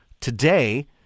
today